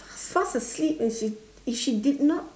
fast asleep and she she did not